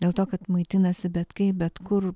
dėl to kad maitinasi bet kaip bet kur